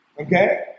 Okay